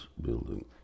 building